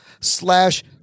slash